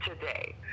today